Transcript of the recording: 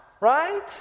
Right